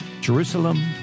Jerusalem